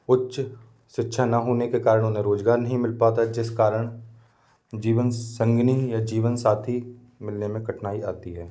उच्च शिक्षा ना होने के कारणों उन्हे रोज़गार नहीं मिल पता है जिस कारण जीवन संगिनी या जीवन साथी मिलने में कठिनाई आती है